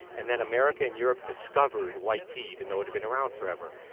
and then america and europe discovered white tea, even though it had been around forever,